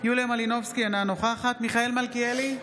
יוליה מלינובסקי, אינה נוכחת מיכאל מלכיאלי,